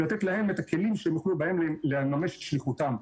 לתת להם את הכלים שהם יוכלו בהם לממש את שליחותם.